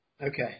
Okay